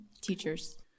teachers